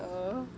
oh